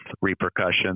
repercussions